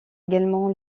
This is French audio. également